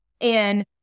And-